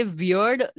weird